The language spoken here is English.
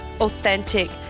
authentic